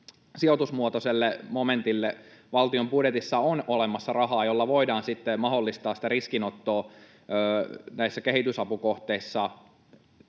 sijoitusmuotoiselle momentille valtion budjetissa on olemassa rahaa, jolla voidaan sitten mahdollistaa sitä riskinottoa näissä kehitysapukohteissa